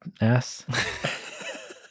ass